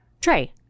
tray